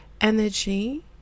energy